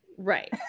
Right